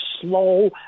slow